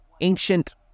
ancient